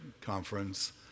conference